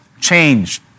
change